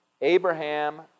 Abraham